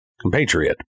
compatriot